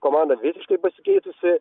komanda visiškai pasikeitusi